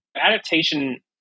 adaptation